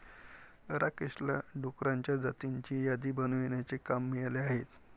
राकेशला डुकरांच्या जातींची यादी बनवण्याचे काम मिळाले आहे